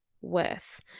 worth